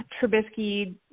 Trubisky